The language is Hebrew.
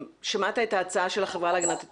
את ההצעה של החברה להגנת הטבע,